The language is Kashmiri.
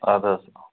اَدٕ حظ